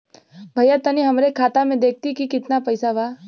भईया तनि हमरे खाता में देखती की कितना पइसा बा?